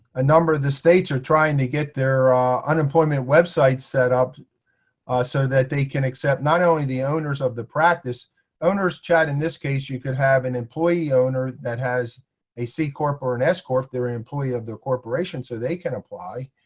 a number of the states are trying to get their ah unemployment websites set up so that they can accept, not only the owners of the practice owners, chad, in this case. you could have an employee owner that has a c corp or an s corp. they're an employee of the corporation so they can apply.